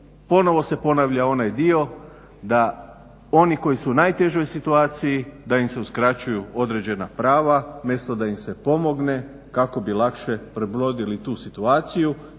ponovo se ponavlja onaj dio da oni koji su u najtežoj situaciji da im se uskraćuju određena prava umjesto da im se pomogne kako bi lakše prebrodili tu situaciju